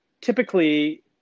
Typically